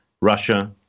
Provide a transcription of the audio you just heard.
Russia